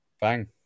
Bang